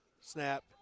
snap